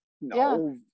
no